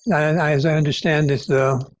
i as i understand this, though,